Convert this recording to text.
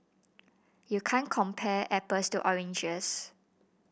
you can't compare apples to oranges